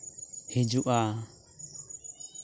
ᱦᱤᱡᱩᱜᱼᱟ